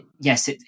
yes